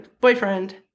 boyfriend